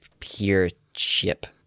peership